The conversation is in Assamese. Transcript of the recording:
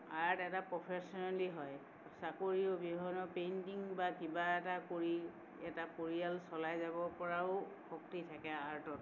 আৰ্ট এটা প্ৰফেশ্যনেলি হয় চাকৰি অবিহনেও পেইণ্টিং বা কিবা এটা কৰি এটা পৰিয়াল চলাই যাব পৰাও শক্তি থাকে আৰ্টত